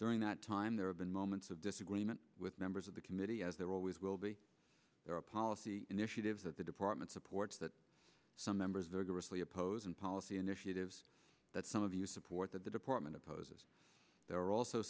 during that time there have been moments of disagreement with members of the can city as there always will be there are policy initiatives that the department supports that some members are grossly opposing policy initiatives that some of you support that the department of poses there are also